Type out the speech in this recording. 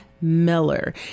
Miller